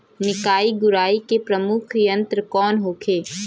निकाई गुराई के प्रमुख यंत्र कौन होखे?